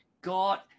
God